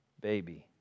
baby